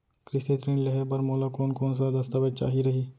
कृषि ऋण लेहे बर मोला कोन कोन स दस्तावेज चाही रही?